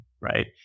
Right